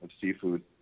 seafood